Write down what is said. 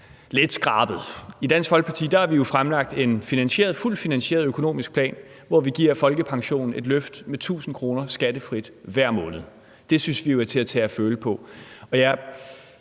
lidt skrabet. I Dansk Folkeparti har vi jo fremlagt en fuldt finansieret økonomisk plan, hvor vi giver folkepensionen et løft med 1.000 kr. skattefrit hver måned. Det synes vi jo er til at tage at føle på.